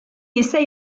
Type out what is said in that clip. ise